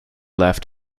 left